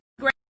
great